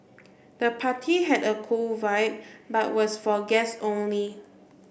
the party had a cool vibe but was for guests only